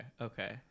Okay